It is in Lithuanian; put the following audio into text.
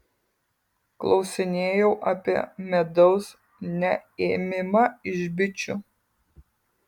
klausinėjau apie medaus neėmimą iš bičių